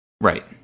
Right